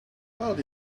out